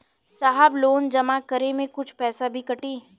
साहब लोन जमा करें में कुछ पैसा भी कटी?